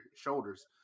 shoulders